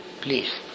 Please